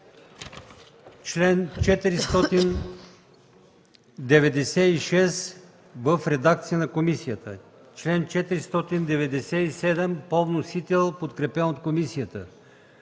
чл. 459 в редакцията на комисията, чл. 460 по вносител, подкрепен от комисията,